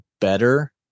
better